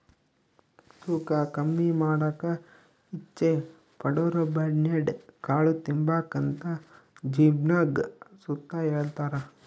ತೂಕ ಕಮ್ಮಿ ಮಾಡಾಕ ಇಚ್ಚೆ ಪಡೋರುಬರ್ನ್ಯಾಡ್ ಕಾಳು ತಿಂಬಾಕಂತ ಜಿಮ್ನಾಗ್ ಸುತ ಹೆಳ್ತಾರ